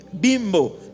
bimbo